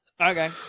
Okay